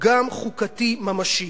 פגם חוקתי ממשי.